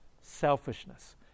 selfishness